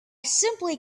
simply